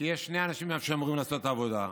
כי יש שני אנשים שאמורים לעשות את העבודה.